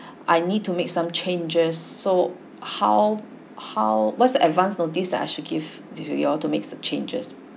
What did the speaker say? I need to make some changes so how how what's the advance notice that I should give to you all to make the changes